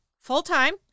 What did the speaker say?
full-time